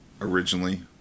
originally